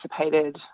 anticipated